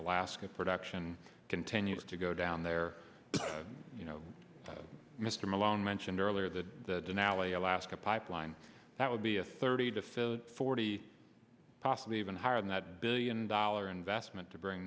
alaska production continues to go down there you know mr malone mentioned earlier the anally alaska pipeline that would be a thirty to fill forty possibly even higher than that billion dollar investment to bring